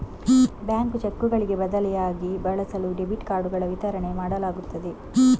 bank ಚೆಕ್ಕುಗಳಿಗೆ ಬದಲಿಯಾಗಿ ಬಳಸಲು ಡೆಬಿಟ್ ಕಾರ್ಡುಗಳ ವಿತರಣೆ ಮಾಡಲಾಗುತ್ತದೆ